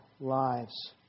lives